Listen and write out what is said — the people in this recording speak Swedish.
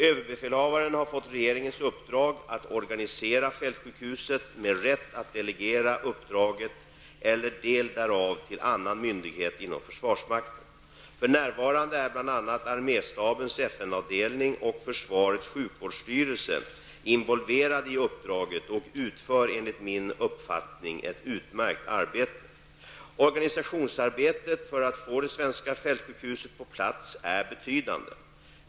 Överbefälhavaren har fått regeringens uppdrag att organisera fältsjukhuset med rätt att delegera uppdraget eller en del därav till annan myndighet inom försvarsmakten. För närvarande är bl.a. arméstabens FN-avdelning och försvarets sjukvårdsstyrelse involverade i uppdraget och utför enligt min uppfattning ett utmärkt arbete. Organisationsarbetet för att få det svenska fältsjukhuset på plats är betydande.